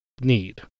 need